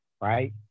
right